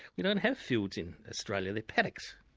we don't have fields in australia, they're paddocks.